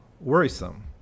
worrisome